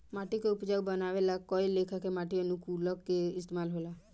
माटी के उपजाऊ बानवे ला कए लेखा के माटी अनुकूलक के इस्तमाल होला